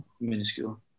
minuscule